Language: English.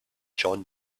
jon